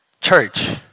Church